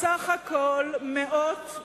גם כשהיית שרה עם תיק היו לך שמונה עוזרים.